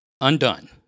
undone